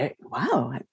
wow